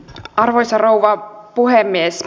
arvoisa puhemies